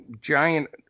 giant